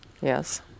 Yes